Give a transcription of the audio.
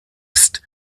psst